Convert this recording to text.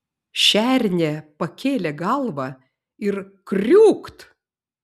šernė pakėlė galvą ir kriūkt